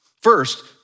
First